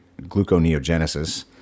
gluconeogenesis